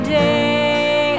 day